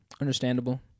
Understandable